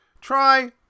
Try